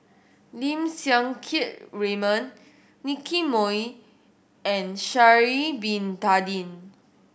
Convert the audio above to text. Lim Siang Keat Raymond Nicky Moey and Sha'ari Bin Tadin